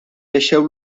deixeu